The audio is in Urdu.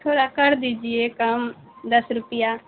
تھوڑا کر دیجیے کم دس روپیہ